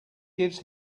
gives